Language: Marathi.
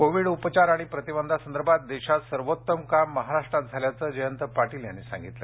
कोविड उपचार आणि प्रतिबंधासंदर्भात देशात सर्वोत्तम काम महाराष्ट्रात झाल्याचं जयंत पाटील यांनी यावेळी सांगितलं